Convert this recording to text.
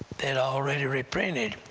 they'd already repented.